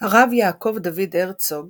הרב יעקב דוד הרצוג